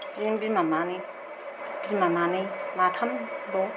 बिदिनो बिमा मानै बिमा मानै माथाम दं